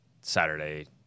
Saturday